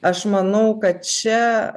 aš manau kad čia